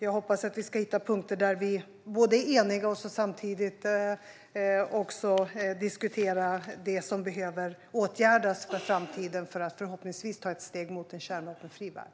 Jag hoppas att vi ska hitta punkter där vi är eniga och samtidigt kunna diskutera det som behöver åtgärdas för framtiden för att förhoppningsvis ta ett steg mot en kärnvapenfri värld.